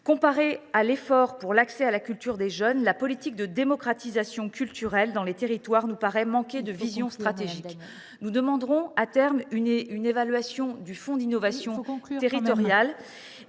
Comparée à l’effort pour l’accès à la culture des jeunes, la politique de démocratisation culturelle dans les territoires nous paraît manquer de vision stratégique. Il faut conclure. À terme, nous demanderons une évaluation du fonds d’innovation territoriale.